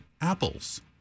Apples